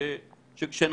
כולם?